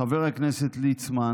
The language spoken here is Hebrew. חבר הכנסת ליצמן